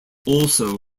also